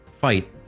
fight